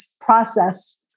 process